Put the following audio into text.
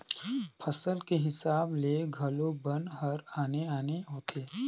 फसल के हिसाब ले घलो बन हर आने आने होथे